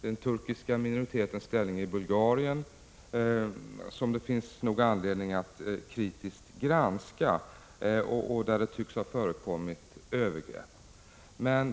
Det finns anledning att kritiskt granska den turkiska minoritetens ställning i Bulgarien. Där tycks det ha förekommit övergrepp.